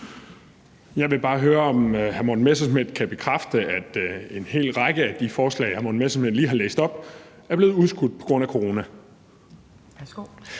Jeg vil bare høre, om hr. Morten Messerschmidt kan bekræfte, at en hel række af de forslag, hr. Morten Messerschmidt lige har læst op, er blevet udskudt på grund af corona.